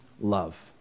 love